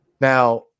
Now